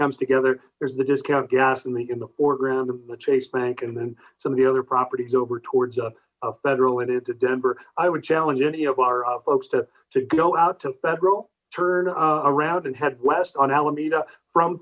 comes together there's the discount gas and making the foreground of the chase bank and then some of the other properties over towards federal and into denver i would challenge any of our folks to go out to federal turn around and head west on alameda from